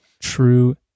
True